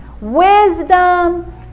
Wisdom